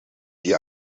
die